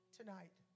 tonight